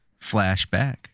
Flashback